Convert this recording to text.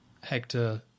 Hector